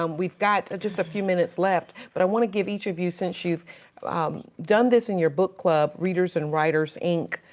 um we've got just a few minutes left. but i want to give each of you since you've done this in your book club, readers and writers ink.